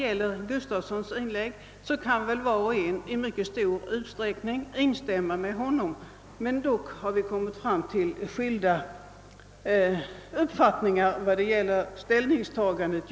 Alla kan vi väl instämma i mycket av vad herr Gustafsson här anförde; dock finns det skilda uppfattningar om ställningstagandet.